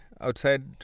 outside